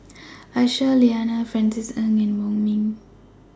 Aisyah Lyana Francis Ng and Wong Ming